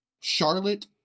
charlotte